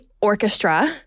orchestra